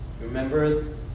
remember